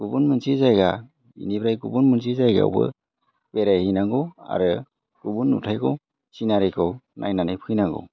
गुबुन मोनसे जायगा बेनिफ्राय गुबुन मोनसे जायगायावबो बेरायहैनांगौ आरो गुबुन नुथायखौ सिनारिखौ नायनानै फैनांगौ